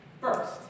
First